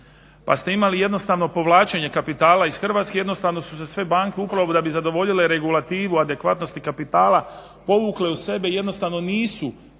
Pa ste imali jednostavno povlačenje kapitala iz Hrvatske i jednostavno su se sve banke upravo da bi zadovoljile regulativu adekvatnosti kapitala povukle u sebe i jednostavno nisu